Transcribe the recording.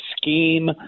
scheme